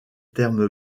terme